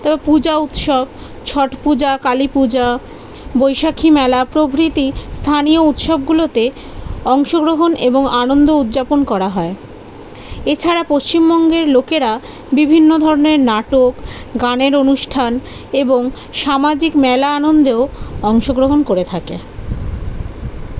এবার পূজা উৎসব ছট পূজা কালী পূজা বৈশাখী মেলা প্রভৃতি স্থানীয় উৎসবগুলোতে অংশগ্রহণ এবং আনন্দ উদযাপন করা হয় এছাড়া পশ্চিমবঙ্গের লোকেরা বিভিন্ন ধরনের নাটক গানের অনুষ্ঠান এবং সামাজিক মেলা আনন্দেও অংশগ্রহণ করে থাকে